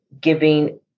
giving